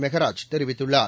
மெகராஜ் தெரிவித்துள்ளார்